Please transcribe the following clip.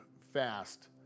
fast